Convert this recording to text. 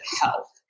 health